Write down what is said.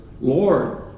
Lord